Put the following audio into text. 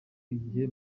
igihe